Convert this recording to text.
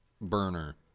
burner